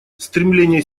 стремление